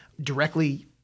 directly